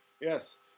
Yes